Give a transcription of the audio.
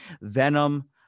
Venom